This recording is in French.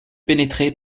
pénétré